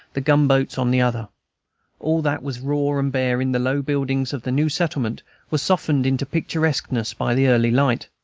the gunboats on the other all that was raw and bare in the low buildings of the new settlement was softened into picturesqueness by the early light.